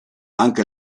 anche